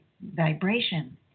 vibration